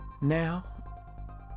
Now